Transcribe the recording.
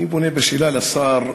אני פונה בשאלה לשר: